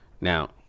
now